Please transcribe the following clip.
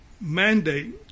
mandate